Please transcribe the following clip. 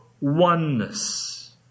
oneness